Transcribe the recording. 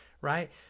right